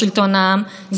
זה נשמע טוב.